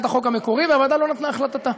החוק המקורי והוועדה לא נתנה את החלטתה.